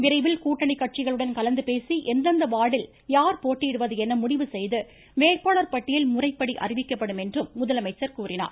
விரைவில் கூட்டணி கட்சிகளுடன் கலந்துபேசி எந்தெந்த வார்டில் யார் போட்டியிடுவது என முடிவு செய்து வேட்பாளர் பட்டியல் முறைப்படி அறிவிக்கப்படும் என்றும் அவர் கூறினார்